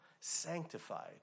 sanctified